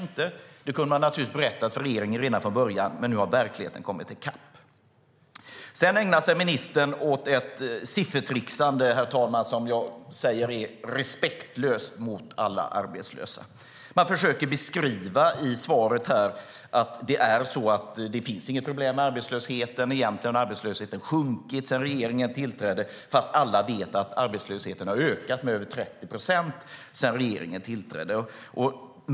Det kunde man ha berättat för regeringen redan från början. Men nu har verkligheten kommit i kapp. Herr talman! Sedan ägnar ministern sig åt ett siffertricksande som är respektlöst mot alla arbetslösa. Man försöker i svaret beskriva att det inte finns något problem med arbetslösheten. Egentligen har arbetslösheten sjunkit sedan regeringen tillträdde, fast alla vet att arbetslösheten har ökat med över 30 procent sedan regeringen tillträdde.